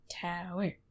Tower